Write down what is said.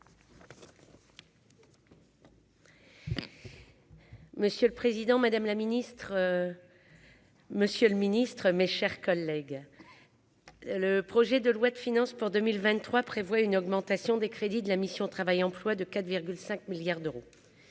Monsieur le Président, Madame la Ministre, Monsieur le Ministre, mes chers collègues, le projet de loi de finances pour 2023 prévoit une augmentation des crédits de la mission Travail, emploi de 4 à 5 milliards d'euros,